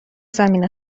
زمین